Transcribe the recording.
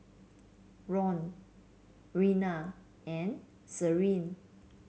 Ron Reina and Sherrie